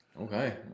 Okay